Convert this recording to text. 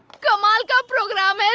my god! brother and um and